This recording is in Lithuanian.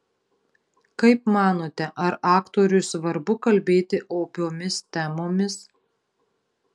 kaip manote ar aktoriui svarbu kalbėti opiomis temomis